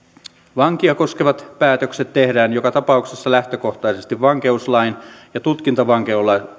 vankia koskevat päätökset tehdään joka tapauksessa lähtökohtaisesti vankeuslain ja tutkintavankeuslain